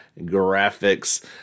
graphics